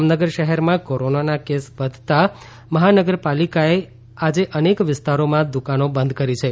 જામનગર શહેરમાં કોરોનાના કેસો વધતા મહાનગરપાલિકાએ આજે અનેક વિસ્તારોમાં દુકાનો બંધ કરી છે